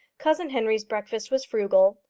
cousin henry's breakfast was frugal.